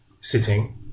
sitting